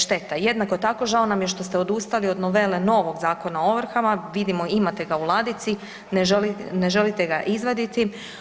Šteta, jednako tako, žao nam je što ste odustali od novele novog Zakona o ovrhama, vidimo, imate ga u ladici, ne želite ga izvaditi.